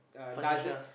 furniture